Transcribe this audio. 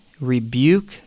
rebuke